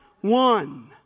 one